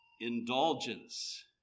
Indulgence